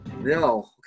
No